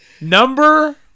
Number